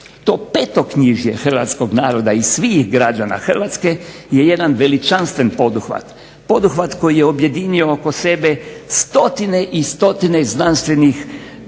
To petoknjižje hrvatskoga naroda i svih građana Hrvatske je jedan veličanstven poduhvat, poduhvat koji je objedinio oko sebe stotine i stotine znanstvenih